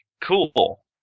cool